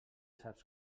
saps